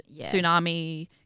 tsunami